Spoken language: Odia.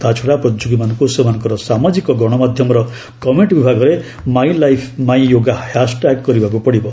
ତାଛଡ଼ା ପ୍ରତିଯୋଗୀମାନଙ୍କୁ ସେମାନଙ୍କର ସାମାଜିକ ଗଶମାଧ୍ୟମର କମେଷ୍ଟ ବିଭାଗରେ my life my yoga hashtag କରିବାକୁ ପଡ଼ିବ